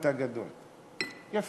לא,